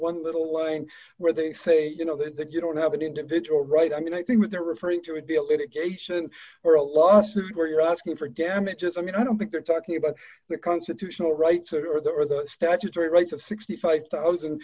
one little line where they say you know that you don't have an individual right i mean i think what they're referring to would be a limitation or a lawsuit where you're asking for damages i mean i don't think they're talking about their constitutional rights or d the d statutory rights of sixty five thousand